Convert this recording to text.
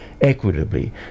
equitably